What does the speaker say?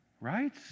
right